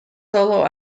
solo